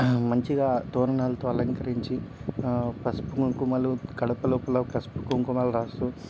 మంచిగా తోరణాలతో అలంకరించి పసుపు కుంకుమలు గడప లోపల పసుపు కుంకుమలు రాస్తూ